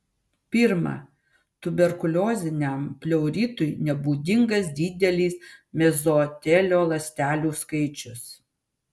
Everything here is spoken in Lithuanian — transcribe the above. pirma tuberkulioziniam pleuritui nebūdingas didelis mezotelio ląstelių skaičius